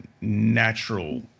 natural